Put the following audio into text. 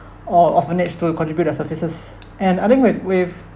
or orphanage to contribute their services and I think with with